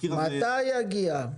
מתי היא תגיע?